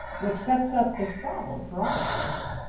which sets up this problem for all of us,